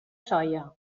soia